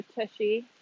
Tushy